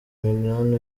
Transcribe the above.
mignone